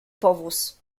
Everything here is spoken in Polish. powóz